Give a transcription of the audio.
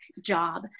job